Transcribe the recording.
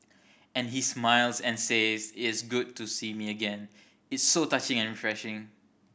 and he smiles and says it's good to see me again it's so touching and refreshing